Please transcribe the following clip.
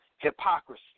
Hypocrisy